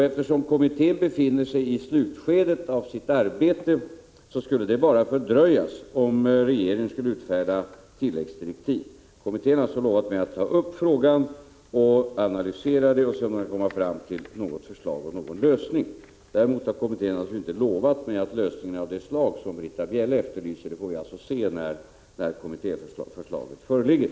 Eftersom kommittén befinner sig i slutskedet av sitt arbete skulle detta bara fördröjas om regeringen skulle utfärda tilläggsdirektiv. Kommittén har alltså lovat mig att ta upp frågan, analysera den och sedan komma med något förslag till lösning. Däremot har kommittén naturligtvis inte lovat mig en lösning av det slag som Britta Bjelle efterlyser. Hur det blir härvidlag får vi se när kommitténs förslag föreligger.